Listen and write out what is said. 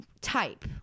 type